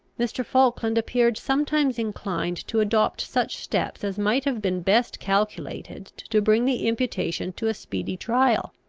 mr. falkland appeared sometimes inclined to adopt such steps as might have been best calculated to bring the imputation to a speedy trial.